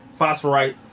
phosphorite